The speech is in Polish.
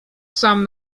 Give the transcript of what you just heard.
sam